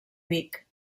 vic